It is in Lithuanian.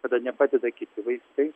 kada nepadeda kiti vaistai